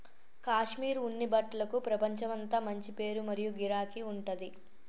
కాశ్మీర్ ఉన్ని బట్టలకు ప్రపంచమంతా మంచి పేరు మరియు గిరాకీ ఉంటది